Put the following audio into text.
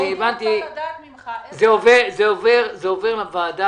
זה עובר לוועדה,